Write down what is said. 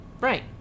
Right